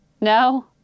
No